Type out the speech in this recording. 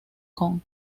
kong